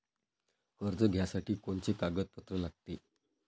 कर्ज घ्यासाठी कोनचे कागदपत्र लागते?